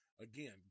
again